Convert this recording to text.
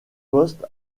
poste